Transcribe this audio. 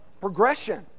progression